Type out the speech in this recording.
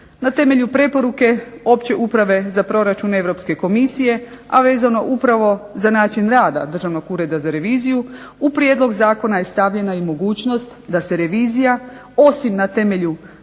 Na temelju preporuke opće uprave za proračun Europske Komisije, a vezano upravo za način rada Državnog ureda za reviziju u prijedlog zakona je stavljena i mogućnost da se revizija osim na temelju dakle